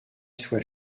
soit